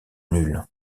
nulle